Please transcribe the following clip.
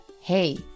Hey